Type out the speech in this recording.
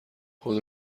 خود